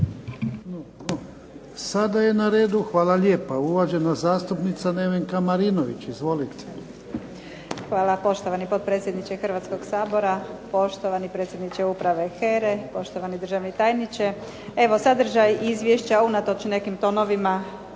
Sada je na redu uvažena zastupnica Nevenka Marinović, izvolite. **Marinović, Nevenka (HDZ)** Hvala poštovani potpredsjedniče Hrvatskog sabora, poštovani predsjedniče Uprave HERA-e, poštovani državni tajniče. Evo, sadržaj izvješća unatoč nekim tonovima